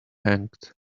hanged